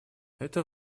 это